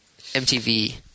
MTV